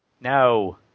No